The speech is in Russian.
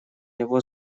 его